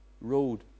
road